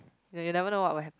you you never know what will happen